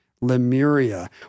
Lemuria